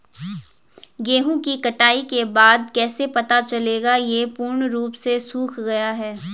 गेहूँ की कटाई के बाद कैसे पता चलेगा ये पूर्ण रूप से सूख गए हैं?